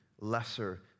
lesser